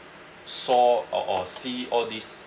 saw or or see all this